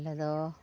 ᱟᱞᱮᱫᱚ